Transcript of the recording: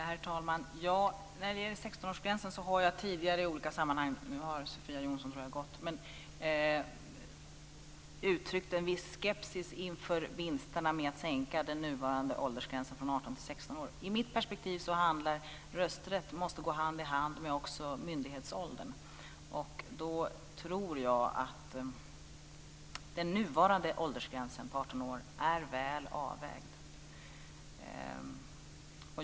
Herr talman! När det gäller 16-årsgränsen har jag tidigare i olika sammanhang - nu har Sofia Jonsson gått - uttryckt en viss skepsis inför vinsterna med att sänka den nuvarande åldersgränsen från 18 till 16 år. I mitt perspektiv måste rösträtt gå hand i hand med myndighetsåldern. Då tror jag att den nuvarande åldersgränsen på 18 år är väl avvägd.